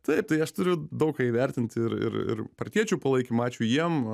taip tai aš turiu daug ką įvertinti ir ir partiečių palaikymą ačiū jiem